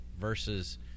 versus